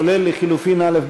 כולל לחלופין א',